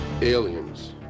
Aliens